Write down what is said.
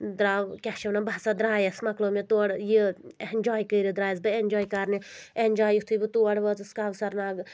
درٛاو کیٛاہ چھِ ونان بہٕ ہَسا درٛایَس مۄکلو مےٚ تور یہِ اینجاے کٔرِتھ درٛایس بہٕ اینجاے کَرنہِ اینجاے یِتھُے بہٕ تور وٲژٕس کونسر ناگ